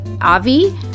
Avi